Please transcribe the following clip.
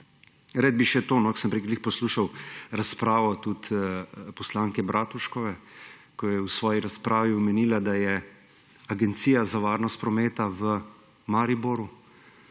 tudi združijo. Ko sem prej poslušal razpravo poslanke Bratuškove, ko je v svoji razpravi omenila, da je Agencija za varnost prometa v Mariboru.